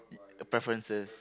preferences